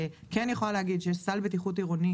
אני כן יכולה להגיד שיש סל בטיחות עירוני,